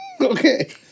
Okay